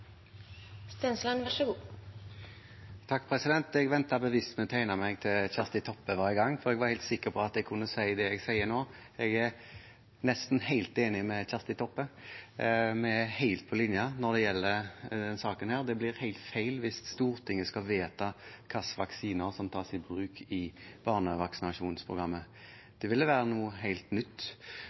meg til Kjersti Toppe var i gang, for jeg var helt sikker på at jeg kunne si det jeg sier nå: Jeg er nesten helt enig med Kjersti Toppe. Vi er helt på linje når det gjelder denne saken. Det blir helt feil hvis Stortinget skal vedta hvilke vaksiner som tas i bruk i barnevaksinasjonsprogrammet. Det ville være noe helt nytt.